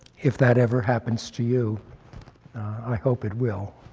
if that ever happens to you i hope it will.